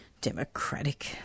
Democratic